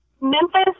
Memphis